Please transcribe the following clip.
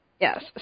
Yes